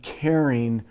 caring